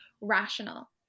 rational